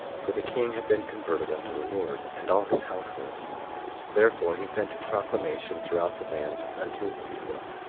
for the king had been converted unto the lord, and all his household therefore he sent his proclamation throughout the land unto his people,